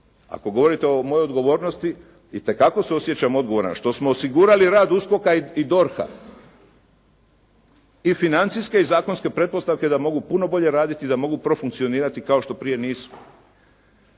Ako govorite o mojoj odgovornosti, itekako se osjećam odgovoran što smo osigurali rad USKOK-a i DORH-a i financijske i financijske pretpostavke da mogu puno bolje raditi da mogu profunkcionirati kao što prije nisu.